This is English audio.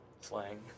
slang